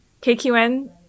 KQN